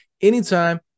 anytime